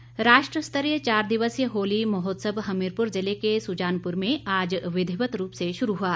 होली महोत्सव राष्ट्र स्तरीय चार दिवसीय होली महोत्सव हमीरपुर ज़िले के सुजानपुर में आज विधिवत रूप से शुरू हुआ